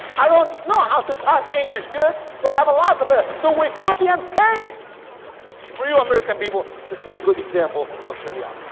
i don't know how to type english good so i have a lot of it so we copy and paste for you american people to see a good example of sharia.